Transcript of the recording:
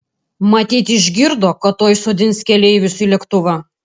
matyt išgirdo kad tuoj sodins keleivius į lėktuvą